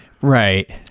Right